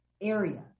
area